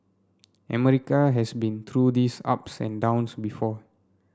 America has been through these ups and downs before